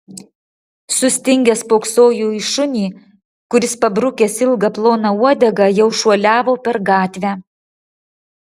sustingęs spoksojo į šunį kuris pabrukęs ilgą ploną uodegą jau šuoliavo per gatvę